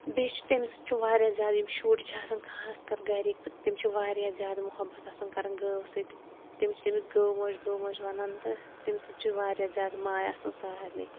بیٚیہِ چھُ تٔمِس چھُ واریاہ زیادٕ یِم شُرۍ چھِ آسان خاص کَر گَرٕکۍ تہٕ تِم چھِ واریاہ زیادٕ محبَت آسان کَران گٲو سۭتۍ تِم چھِ تٔمِس گٲو موج گٲو موج وَنان تہٕ تٔمِس سۭتۍ چھِ واریاہ زیادٕ ماے آسان سارنٕے